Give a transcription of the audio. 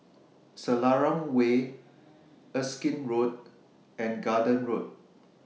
Selarang Way Erskine Road and Garden Road